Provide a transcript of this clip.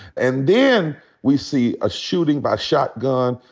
and then we see a shooting by shotgun.